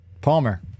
Palmer